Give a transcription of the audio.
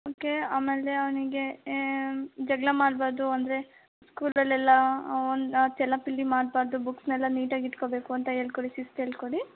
okay ಆಮೇಲೆ ಅವನಿಗೆ ಜಗಳ ಮಾಡಬಾರದು ಅಂದರೆ ಸ್ಕೂಲಲ್ಲೆಲ್ಲ ಅವುನ್ ಚೆಲ್ಲಾಪಿಲ್ಲಿ ಮಾಡಬಾರದು ಬುಕ್ಸ್ನ್ನೆಲ್ಲ ನೀಟಾಗಿಟ್ಕೋಬೇಕು ಅಂತ ಹೇಳಿಕೊಡಿ ಶಿಸ್ತು ಹೇಳಿಕೊಡಿ